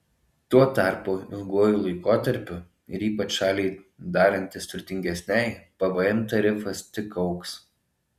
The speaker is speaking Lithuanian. tuo tarpu ilguoju laikotarpiu ir ypač šaliai darantis turtingesnei pvm tarifas tik augs